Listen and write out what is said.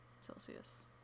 Celsius